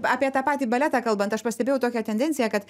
apie tą patį baletą kalbant aš pastebėjau tokią tendenciją kad